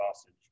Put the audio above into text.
sausage